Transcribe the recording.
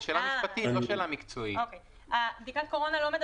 זו שאלה משפטית, לא שאלה מקצועית.